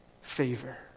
favor